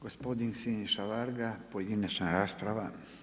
Gospodin Siniša Varga pojedinačna rasprava.